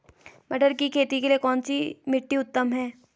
मटर की खेती के लिए कौन सी मिट्टी उत्तम है?